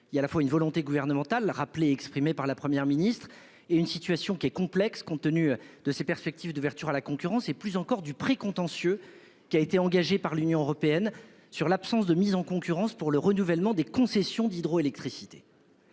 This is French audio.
il y a à la fois une volonté gouvernementale rappeler exprimée par la Première ministre et une situation qui est complexe compte tenu de ses perspectives d'ouverture à la concurrence et plus encore du précontentieux qui a été engagé par l'Union européenne sur l'absence de mise en concurrence pour le renouvellement des concessions d'hydroélectricité.--